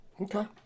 Okay